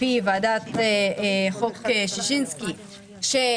לפי ועדת חוק ששינסקי,